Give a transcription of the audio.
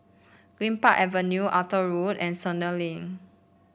Greenpark Avenue Arthur Road and Sentul Link